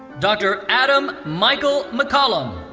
dr. adam michael mccallum.